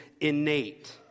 innate